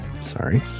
sorry